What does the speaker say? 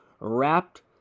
wrapped